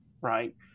right